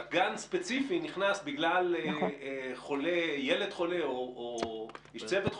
וגן ספציפי נכנס להסגר בגלל ילד חולה או איש צוות חולה.